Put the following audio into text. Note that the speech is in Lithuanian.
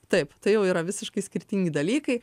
taip tai jau yra visiškai skirtingi dalykai